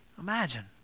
Imagine